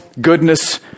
goodness